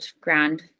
ground